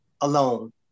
alone